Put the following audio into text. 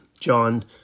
John